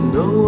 no